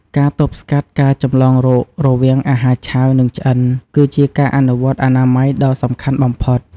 ការទប់ស្កាត់ការចម្លងរោគ្គរវាងអាហារឆៅ និងឆ្អិន គឺជាការអនុវត្តអនាម័យដ៏សំខាន់បំផុត។